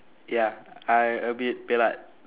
ya I a bit pelat